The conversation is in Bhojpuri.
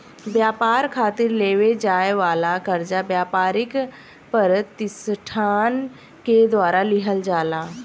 ब्यपार खातिर लेवे जाए वाला कर्जा ब्यपारिक पर तिसठान के द्वारा लिहल जाला